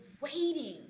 waiting